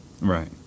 Right